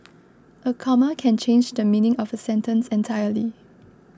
a comma can change the meaning of a sentence entirely